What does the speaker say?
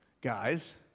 Guys